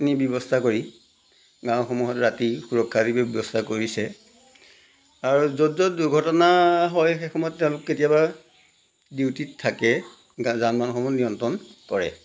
নি ব্যৱস্থা কৰি গাঁওসমূহত ৰাতি সুৰক্ষা যদি ব্যৱস্থা কৰিছে আৰু য'ত য'ত দুৰ্ঘটনা হয় সেইসময়ত তেওঁলোক কেতিয়াবা ডিউটিত থাকে যান বাহনসমূহ নিয়ন্ত্ৰণ কৰে